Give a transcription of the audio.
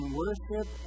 worship